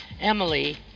Emily